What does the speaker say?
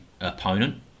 opponent